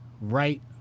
right